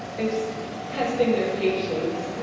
it's testing their patience.